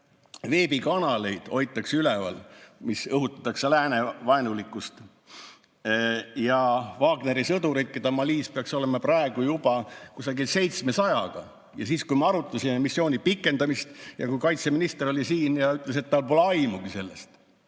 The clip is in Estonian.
Veebikanaleid hoitakse üleval, õhutatakse läänevaenulikkust. Wagneri sõdureid peaks Malis olema praegu juba kusagil 700. Ja siis, kui me arutasime missiooni pikendamist ja kui kaitseminister oli siin, siis ta ütles, et tal pole sellest